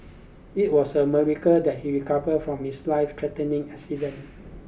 it was a miracle that he recovered from his lifethreatening accident